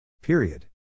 Period